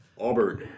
Auburn